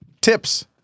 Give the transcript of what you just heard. Tips